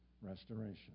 Restoration